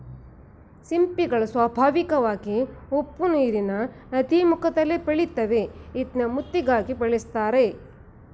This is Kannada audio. ಸಿಂಪಿಗಳು ಸ್ವಾಭಾವಿಕವಾಗಿ ಉಪ್ಪುನೀರಿನ ನದೀಮುಖದಲ್ಲಿ ಬೆಳಿತಾವೆ ಇದ್ನ ಮುತ್ತಿಗಾಗಿ ಬೆಳೆಸ್ತರೆ